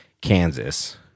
Kansas